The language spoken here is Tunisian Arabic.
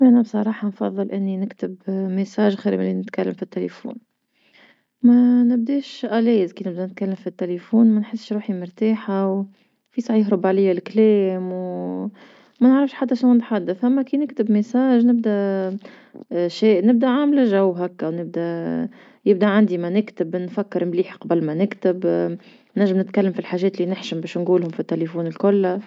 انا بصراحة نفضل اني نكتب ميساج خير ملي نتكلم في التليفون، ما نبداش مرتاحة كي نبدأ تكلم في التليفون ما نحبش روحي مرتاحة فيساع يهرب عليا الكلام ما نعرفش حتى شنو نتحدث، أما كي نكتب ميساج نبدا شي نبدا عاملة جو هاكا ونبدا يبقى عندي ما نكتب نفكر مليح قبل ما نكتب نجم نتكلم في الحاجات لي نحشم باش نقولهم في التليفون الكل.